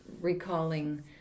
recalling